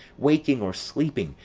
waking or sleeping,